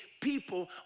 people